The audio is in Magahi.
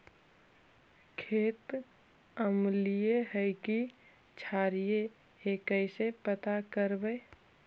खेत अमलिए है कि क्षारिए इ कैसे पता करबै?